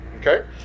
okay